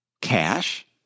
cash